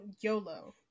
YOLO